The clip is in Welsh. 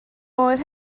oer